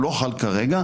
הוא לא חל כרגע.